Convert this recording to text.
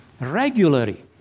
Regularly